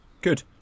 Good